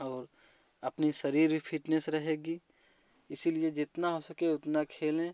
और अपनी शरीर भी फिटनेस रहेगी इसीलिए जितना हो सके उतना खेलें